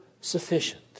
sufficient